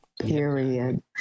period